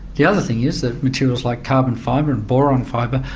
the other thing is that materials like carbon fibre, or boron fibre,